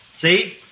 See